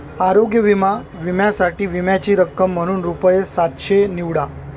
आरोग्य विमा विम्यासाठी विम्याची रक्कम म्हणून रुपये सातशे निवडा